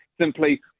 simply